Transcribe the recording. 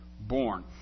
born